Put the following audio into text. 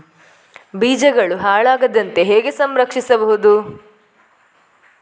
ಬೀಜಗಳು ಹಾಳಾಗದಂತೆ ಹೇಗೆ ಸಂರಕ್ಷಿಸಬಹುದು?